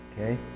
Okay